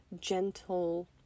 gentle